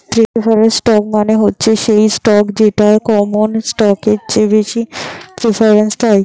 preferred stock মানে হচ্ছে সেই স্টক যেটা কমন স্টকের চেয়ে বেশি প্রেফারেন্স পায়